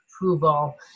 approval